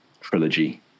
trilogy